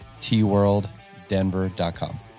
tworlddenver.com